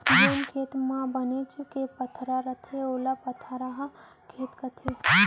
जेन खेत म बनेच के पथरा रथे ओला पथरहा खेत कथें